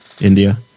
India